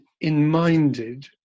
in-minded